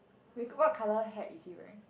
wig what colour hat is he wearing